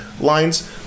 lines